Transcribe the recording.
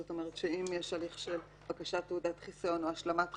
זאת אומרת שאם יש הליך של בקשת תעודת חיסיון או השלמת חקירה,